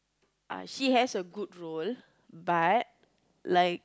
uh she has a good role but like